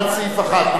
על סעיף 1,